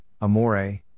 Amore